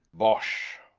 bosh!